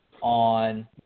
on